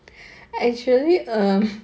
actually um